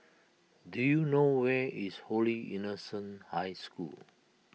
do you know where is Holy Innocents' High School